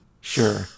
Sure